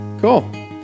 Cool